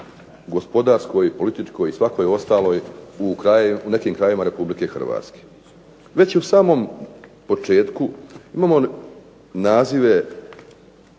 gospodarskoj, političkoj ili svakoj ostaloj u nekim krajevima Republike Hrvatske. Već u samom početku imamo nazive